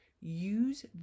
use